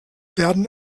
werden